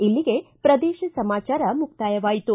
ಇಲ್ಲಿಗೆ ಪ್ರದೇಶ ಸಮಾಚಾರ ಮುಕ್ತಾಯವಾಯಿತು